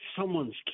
someone's